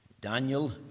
Daniel